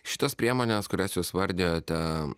šitas priemones kurias jūs vardijote